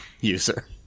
user